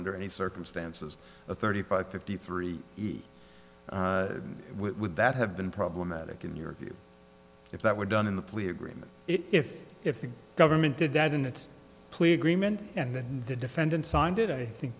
under any circumstances a thirty five fifty three would that have been problematic in your view if that were done in the plea agreement if if the government did that in its plea agreement and the defendant signed it i think